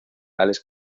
alex